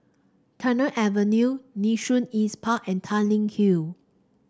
Tagore Avenue Nee Soon East Park and Tanglin Hill